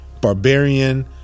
barbarian